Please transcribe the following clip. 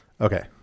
Okay